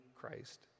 Christ